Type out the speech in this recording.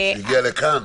הגיע לכאן.